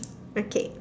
okay